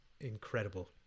incredible